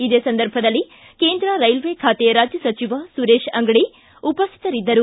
ಇದೇ ಸಂದರ್ಭದಲ್ಲಿ ಕೇಂದ್ರ ರೈಲ್ವೆ ಖಾತೆ ರಾಜ್ಯ ಸಚಿವ ಸುರೇಶ ಅಂಗಡಿ ಉಪಸ್ಥಿತರಿದ್ದರು